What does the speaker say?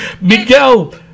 Miguel